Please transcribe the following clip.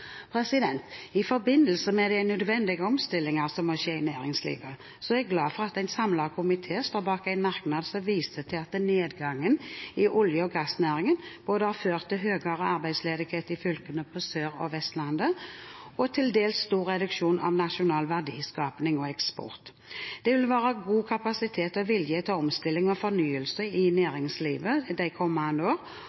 I forbindelse med de nødvendige omstillinger som må skje i næringslivet, er jeg glad for at en samlet komité står bak en merknad som viser til at nedgangen innen olje- og gassnæringen har ført til både høyere arbeidsledighet i fylkene på Sør- og Vestlandet og til dels stor reduksjon av nasjonal verdiskaping og eksport. Det vil være god kapasitet og vilje til omstilling og fornyelse i